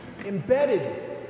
Embedded